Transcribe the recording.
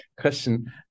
question